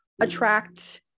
attract